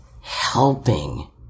helping